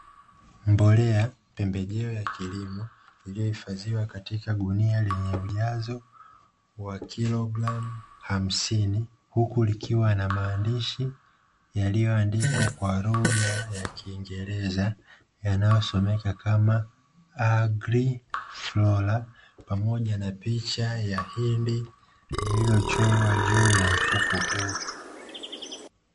Mbolea pembejeo ya kilimo iliyohifadhiwa katika gunia lenye ujazo wa kilogramu hamsini, huku likiwa na maandishi yaliyoandikwa kwa lugha ya kiingereza yanayosomeka kama "Agri Flora" pamoja na picha ya hindi lililochorwa juu ya mfuko huo.